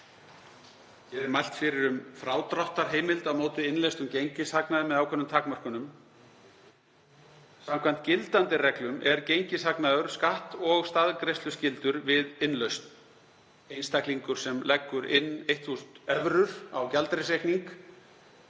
er fyrir um frádráttarheimild á móti innleystum gengishagnaði með ákveðnum takmörkunum. Samkvæmt gildandi reglum er gengishagnaður skatt- og staðgreiðsluskyldur við innlausn. Einstaklingur sem leggur inn 1.000 evrur á gjaldeyrisreikning